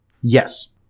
Yes